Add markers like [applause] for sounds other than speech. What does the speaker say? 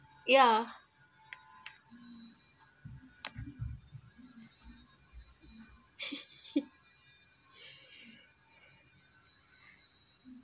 ya [laughs]